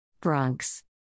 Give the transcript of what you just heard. Bronx